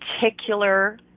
particular